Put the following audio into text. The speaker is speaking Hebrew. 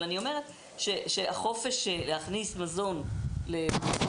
אבל אני אומרת שהחופש להכניס מזון למרחב